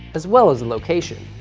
as well as the location.